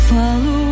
Follow